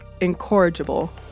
incorrigible